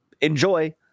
Enjoy